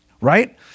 right